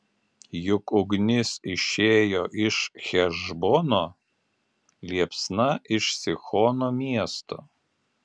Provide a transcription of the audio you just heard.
juk ugnis išėjo iš hešbono liepsna iš sihono miesto